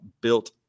Built